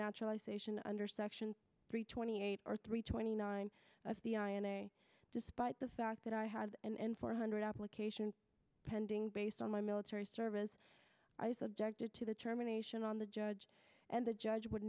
naturalization under section three twenty eight or three twenty nine of the i n a despite the fact that i had and four hundred applications pending based on my military service i subjected to the terminations on the judge and the judge would